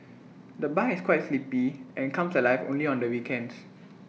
the bar is quite sleepy and comes alive only on the weekends